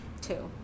Two